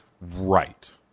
Right